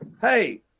Hey